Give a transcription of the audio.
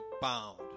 bound